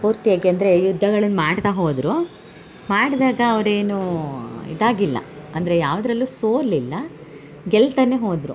ಪೂರ್ತಿಯಾಗಿ ಅಂದರೆ ಯುದ್ಧಗಳನ್ನು ಮಾಡ್ತಾ ಹೋದರು ಮಾಡಿದಾಗ ಅವರೇನೂ ಇದಾಗಿಲ್ಲ ಅಂದರೆ ಯಾವುದ್ರಲ್ಲೂ ಸೋಲಿಲ್ಲ ಗೆಲ್ತಲೇ ಹೋದರು